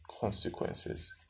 consequences